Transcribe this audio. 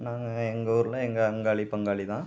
நாங்கள் எங்கள் ஊரில் எங்கள் அங்காளி பங்காளி தான்